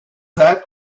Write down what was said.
that